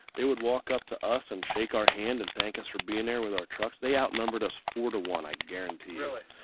they would walk up to us and shake our hand and thank us for being there with our trucks. they outnumbered us four to one, i guarantee you.